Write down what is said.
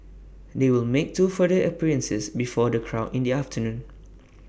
they will make two further appearances before the crowd in the afternoon